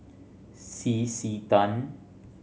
C C Tan